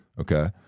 Okay